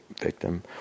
victim